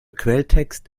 quelltext